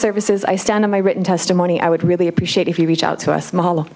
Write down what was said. services i stand in my written testimony i would really appreciate if you reach out to a small